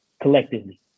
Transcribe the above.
collectively